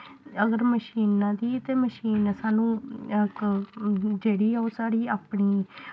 अगर मशीना दी ते मशीन सानूं इक जेह्ड़ी ओह् साढ़ी अपनी